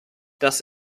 das